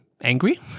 angry